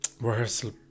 rehearsal